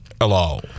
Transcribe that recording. Hello